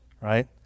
right